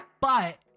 But-